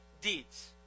deeds